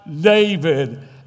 David